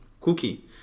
Cookie